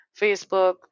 facebook